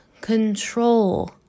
control